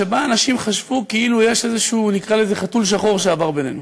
שבה אנשים חשבו כאילו יש איזה חתול שחור שעבר בינינו